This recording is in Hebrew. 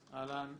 אהלן.